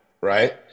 right